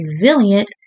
resilient